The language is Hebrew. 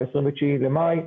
ב-29 במאי,